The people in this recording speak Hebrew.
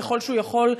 ככל שהוא יכול,